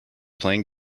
playing